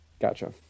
Gotcha